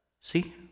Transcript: See